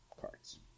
cards